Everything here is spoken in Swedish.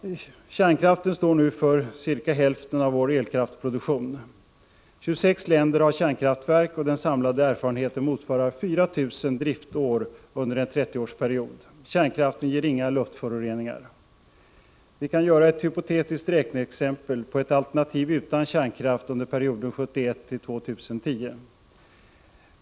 Kärnkraften står nu för cirka hälften av vår elkraftproduktion. 26 länder har kärnkraftverk, och den samlade erfarenheten motsvarar ca 4 000 driftår under en 30-årsperiod. Kärnkraften ger inga luftföroreningar. Vi kan göra ett hypotetiskt räkneexempel på ett alternativ utan kärnkraft under perioden 1971-2010.